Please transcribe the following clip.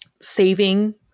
saving